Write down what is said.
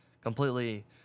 completely